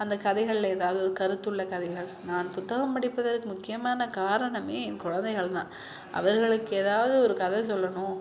அந்த கதைகளில் ஏதாவது ஒரு கருத்துள்ள கதைகள் நான் புத்தகம் படிப்பதற்கு முக்கியமான காரணம் என் குழந்தைகள் தான் அவர்களுக்கு ஏதாவது ஒரு கதை சொல்லணும்